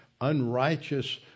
unrighteous